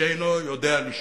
שאינו יודע לשאול,